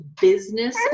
business